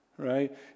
right